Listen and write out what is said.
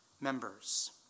members